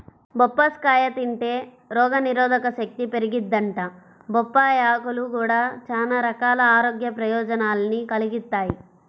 బొప్పాస్కాయ తింటే రోగనిరోధకశక్తి పెరిగిద్దంట, బొప్పాయ్ ఆకులు గూడా చానా రకాల ఆరోగ్య ప్రయోజనాల్ని కలిగిత్తయ్